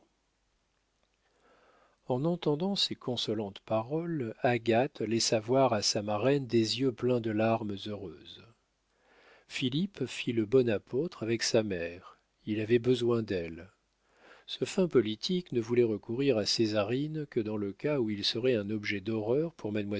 en entendant ces consolantes paroles agathe laissa voir à sa marraine des yeux pleins de larmes heureuses philippe fit le bon apôtre avec sa mère il avait besoin d'elle ce fin politique ne voulait recourir à césarine que dans le cas où il serait un objet d'horreur pour